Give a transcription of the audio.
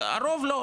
הרוב לא,